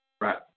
Right